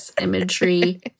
imagery